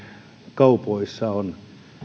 kaupoissa on